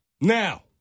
Now